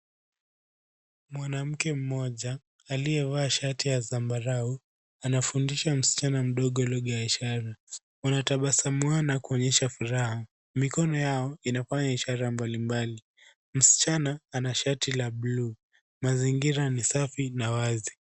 Mwanamke mmoja aliyevaa shati ya zambarau anafundisha msichana mdogo lugha ya ishara, wanatabasamuana kuonyesha furaha, mikono yao inafanya ishara mbalimbali. Msichana ana shati la buluu, mazingira ni safi na wazi.